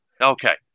Okay